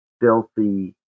filthy